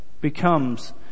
becomes